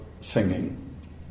singing